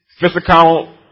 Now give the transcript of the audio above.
Physical